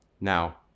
Now